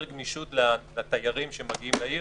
יותר גמישות לתיירים שמגיעים לעיר,